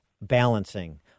balancing